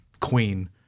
queen